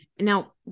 Now